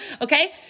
Okay